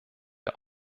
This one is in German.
der